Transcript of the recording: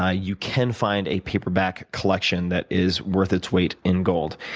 ah you can find a paperback collection that is worth its weight in gold.